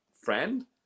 friend